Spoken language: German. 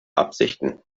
absichten